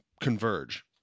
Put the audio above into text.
converge